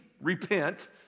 repent